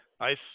Nice